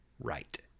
right